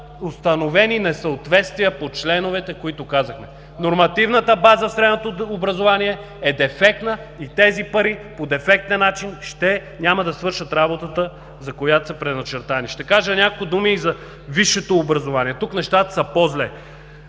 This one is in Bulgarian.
установени несъответствия по членовете, които казахме. Нормативната база за средното образование е дефектна и тези пари по дефектен начин няма да свършат работата, за която са предназначени. Ще кажа няколко думи и за висшето образование, където нещата са по-зле.